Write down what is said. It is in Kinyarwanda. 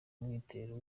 umwitero